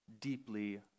deeply